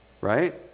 Right